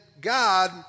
God